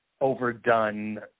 overdone